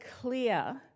clear